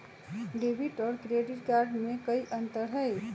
Debit और credit card में कई अंतर हई?